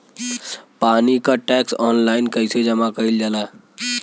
पानी क tax online कईसे जमा कईल जाला?